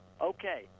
Okay